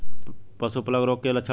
पशु प्लेग रोग के लक्षण का ह?